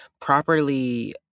properly